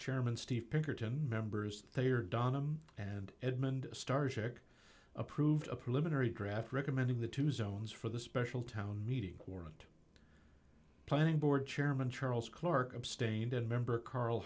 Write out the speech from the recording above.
chairman steve pinkerton members they are dhanam and edmund stardock approved a preliminary draft recommending the two zones for the special town meeting warrant planning board chairman charles clarke abstained and member carl